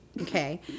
okay